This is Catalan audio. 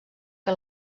que